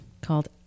called